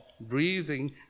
breathing